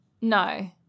No